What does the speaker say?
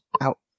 out